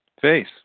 face